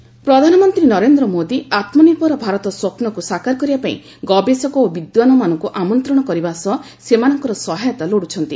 PM Atmanirbhar Bharat ପ୍ରଧାନମନ୍ତ୍ରୀ ନରେନ୍ଦ୍ର ମୋଦି ଆମ୍ନିର୍ଭର ଭାରତ ସ୍ୱପ୍ୱକୁ ସାକାର କରିବା ପାଇଁ ଗବେଷକ ଓ ବିଦ୍ୱାନମାନଙ୍କୁ ଆମନ୍ତ୍ରଣ କରିବା ସହ ସେମାନଙ୍କର ସହାୟତା ଲୋଡୁଛନ୍ତି